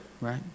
right